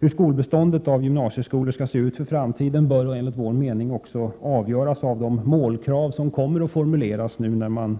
Hur beståndet av gymnasieskolor skall se ut i framtiden bör enligt vår mening också avgöras av de målkrav som kommer att formuleras nu när man